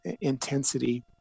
intensity